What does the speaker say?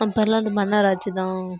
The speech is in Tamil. அப்போலாம் அந்த மன்னர் ஆட்சி தான்